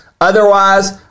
Otherwise